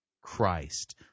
Christ